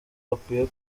hakwiye